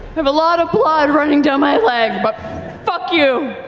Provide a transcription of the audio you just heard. have a lot of blood running down my leg, but fuck you.